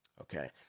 Okay